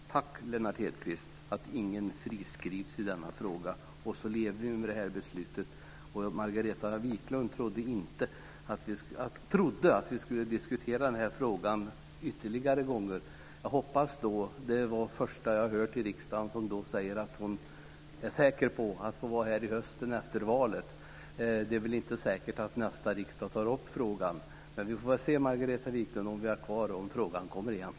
Fru talman! Tack, Lennart Hedquist, för att ingen friskrivs i denna fråga. Nu lever vi med det här beslutet. Margareta Viklund trodde att vi skulle diskutera den här frågan ytterligare gånger. Hon är den första som jag har hört här i riksdagen säga sig vara säker på att få vara här i höst efter valet. Det är väl inte säkert att nästa riksdag tar upp frågan. Men om vi är kvar, Margareta Viklund, får vi väl se om frågan kommer upp igen.